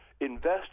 Invest